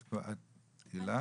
הילה?